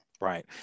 Right